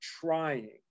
trying